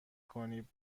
کنی